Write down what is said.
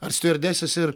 ar stiuardesės ir